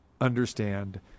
understand